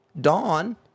Dawn